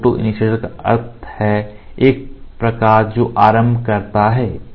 तो फोटोइनिशीऐटर का अर्थ है एक प्रकाश जो आरंभ करता है